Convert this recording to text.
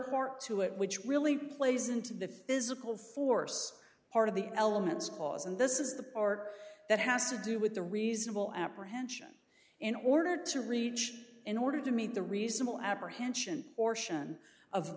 part to it which really plays into the physical force part of the elements cause and this is the part that has to do with a reasonable apprehension in order to reach in order to meet the reasonable apprehension or sion of